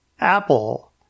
Apple